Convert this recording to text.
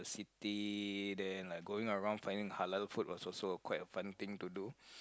city then like going around finding halal food was also quite a fun thing to do